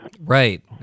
Right